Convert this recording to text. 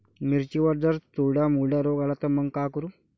मिर्चीवर जर चुर्डा मुर्डा रोग आला त मंग का करू?